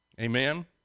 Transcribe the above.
amen